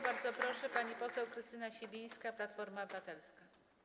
Bardzo proszę, pani poseł Krystyna Sibińska, Platforma Obywatelska.